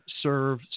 serve